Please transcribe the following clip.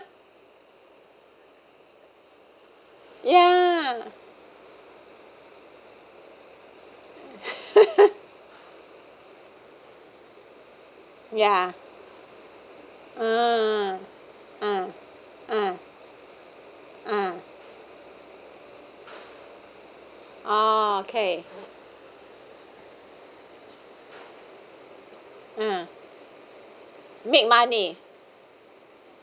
ya ya ugh uh uh uh oh K uh make money